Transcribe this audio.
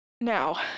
Now